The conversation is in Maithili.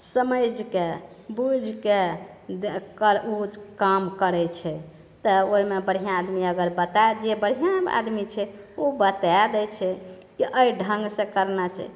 समझिके बुझिके ओ काम करैत छै तऽ ओहिमे अगर बढ़िआँ आदमी बता दिए जे बढ़िआँ आदमी छै ओ बताए दै छै की अइ ढङ्गसँ करना चाही